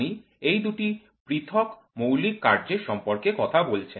আপনি এই দুটি পৃথক মৌলিক কার্যের সম্পর্কে কথা বলছেন